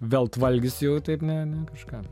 veltvalgis jau taip ne ne kažką